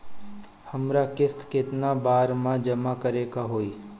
हमरा किस्त केतना बार में जमा करे के होई?